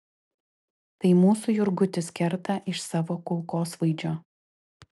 tai mūsų jurgutis kerta iš savo kulkosvaidžio